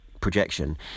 projection